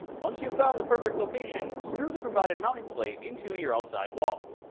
once you've found the perfect location, screw the provided mounting plate into your outside wall.